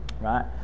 right